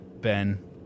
Ben